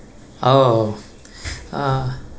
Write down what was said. oh uh